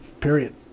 period